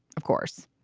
of course,